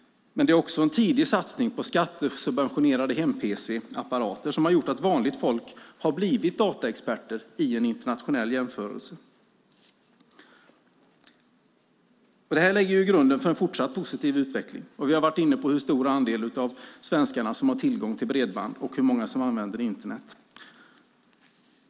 Men det är också en tidig satsning på skattesubventionerade hem-pc-apparater som har gjort att vanligt folk har blivit dataexperter i en internationell jämförelse. Det här lägger ju grunden för en fortsatt positiv utveckling. Vi har varit inne på hur stor andel av svenskarna som har tillgång till bredband och hur många som använder Internet.